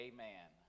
Amen